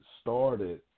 started